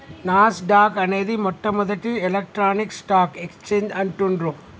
నాస్ dock అనేది మొట్టమొదటి electronic stock exchange అంటుండ్రు